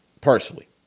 Personally